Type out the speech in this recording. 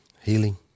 Healing